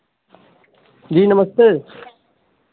जी नमस्ते